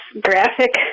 graphic